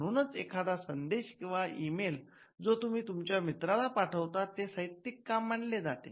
म्हणूनच एखादा संदेश किंवा ई मेल जो तुम्ही तुमच्या मित्रला पाठवतात ते साहित्यिक काम मानले जाते